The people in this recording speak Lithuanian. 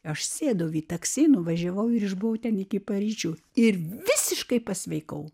aš sėdau į taksi nuvažiavau ir išbuvau ten iki paryčių ir visiškai pasveikau